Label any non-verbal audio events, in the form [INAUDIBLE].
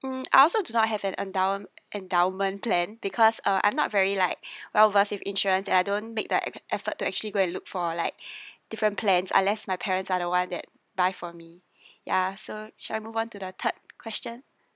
hmm I also do not have an endown~ endowment plan because uh I'm not very like [BREATH] well versed in insurance I don't make the ef~ effort to actually go and look for like [BREATH] different plans unless my parents are the one that buy for me ya so should I move on to the third question